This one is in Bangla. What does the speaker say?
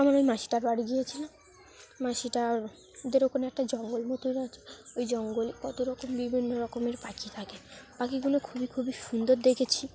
আমার ওই মাসিটার বাড়ি গিয়েছিলাম মাাসিটা দের ওখানে একটা জঙ্গল মতন আছে ওই জঙ্গলে কত রকম বিভিন্ন রকমের পাখি থাকে পাখিগুলো খুবই খুবই সুন্দর দেখেছি